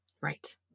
right